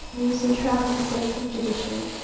mused the traveling salesman judicially,